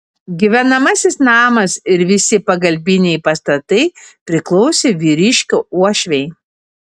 gyvenamasis namas ir visi pagalbiniai pastatai priklausė vyriškio uošvei